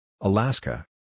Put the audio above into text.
Alaska